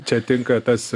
čia tinka tas